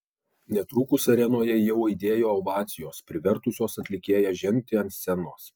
netrukus arenoje jau aidėjo ovacijos privertusios atlikėją žengti ant scenos